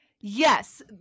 yes